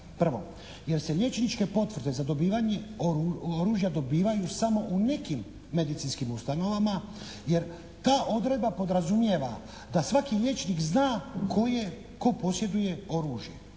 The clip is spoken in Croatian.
Prvo, jer se liječničke potvrde za dobivanje oružja dobivaju samo u nekim medicinskim ustanovama jer ta odredba podrazumijeva da svaki liječnik zna tko posjeduje oružje.